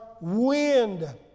wind